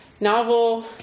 novel